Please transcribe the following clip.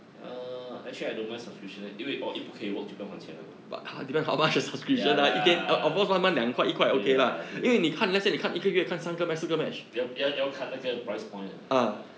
err actually I don't mind subscription 因为 oh 一不可以 work 就不用还钱 liao mah ya lah 对 lah 对 lah 要要要看那个 price point 的